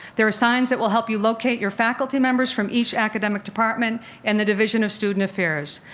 there are signs that will help you locate your faculty members from each academic department and the division of student affairs.